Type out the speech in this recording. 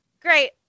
Great